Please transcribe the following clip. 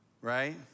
right